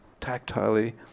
tactilely